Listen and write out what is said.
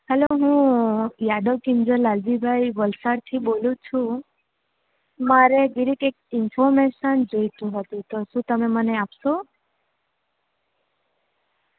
hello હું યાદવ કિંજલ લાલજીભાઈ વલસાડથી બોલું છું મારે જરાક એક ઈન્ફોર્મેશન જોઈતી હતી તો શું તમે મને આપશો